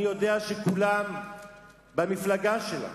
אני יודע שכולם במפלגה שלה